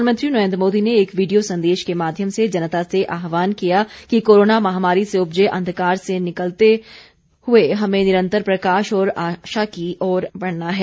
प्रधानमंत्री नरेंद्र मोदी ने एक वीडियो संदेश के माध्यम से जनता से आहवान किया है कि कोरोना महामारी से उपजे अंधकार से निकलते हुए हमें निरंतर प्रकाश और आशा की ओर बढ़ना है